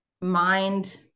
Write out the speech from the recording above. mind